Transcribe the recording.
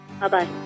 Bye-bye